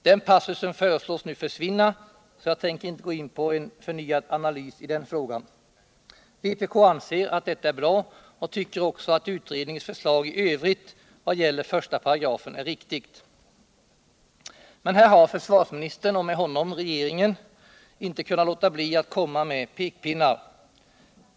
Den passusen föreslås nu försvinna, så jag tänker inte gå in på en förnyad analys av den frågan. Vpk anser att detta är bra och tycker också att utredningens förslag i övrigt vad gäller 1 § är riktigt. Här har dock försvarsministern och med honom regeringen inte kunnat låta bli att komma med pekpinnar.